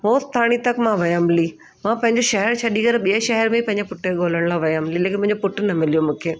होसिताणी तक मां वयमि हली मां पंहिंजे शहर छॾी करे ॿिए शहर में बि पंहिंजे पुट खे ॻोल्हण लाइ वयमि हली लेकिन मुंहिंजो पुटु न मिल्यो मूंखे